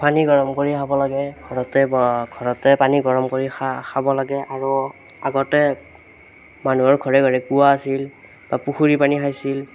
পানী গৰম কৰি খাব লাগে বা ঘৰতে ঘৰতে পানী গৰম কৰি খা খাব লাগে আৰু আগতে মানুহৰ ঘৰে ঘৰে কুঁৱা আছিল বা পুখুৰীৰ পানী খাইছিল